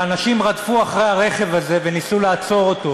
ואנשים רדפו אחרי הרכב הזה וניסו לעצור אותו